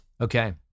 Okay